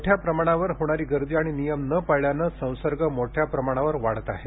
मोठ्या प्रमाणावर होणारी गर्दी आणि नियम न पाळल्याने संसर्ग मोठ्या प्रमाणावर वाढत आहे